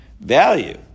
value